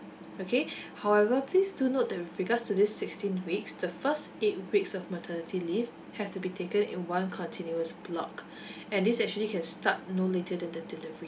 okay however please do note that with regards to these sixteen weeks the first eight weeks of maternity leave have to be taken in one continuous block and this actually can start no later than the delivery